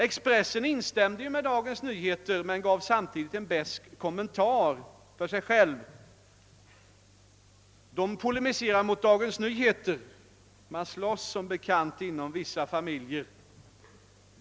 Expressen instämde i Dagens Nyheters uppfattning men gav samtidigt själv en besk kommentar, där man polemiserade mot Dagens Nyheter — man slåss som bekant inom vissa familjer.